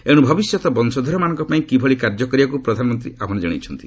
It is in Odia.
ଏଣୁ ଭବିଷ୍ୟତ ବଂଶଧରମାନଙ୍କ ପାଇଁ କିଭଳି କାର୍ଯ୍ୟ କରିବାକୁ ପ୍ରଧାନମନ୍ତ୍ରୀ ଆହ୍ୱାନ ଜଣାଇଛନ୍ତି